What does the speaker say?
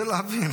נכבדים,